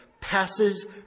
passes